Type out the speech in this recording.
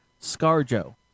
ScarJo